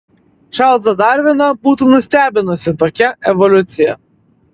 čarlzą darviną būtų nustebinusi tokia evoliucija